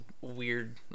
weird